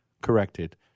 corrected